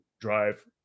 drive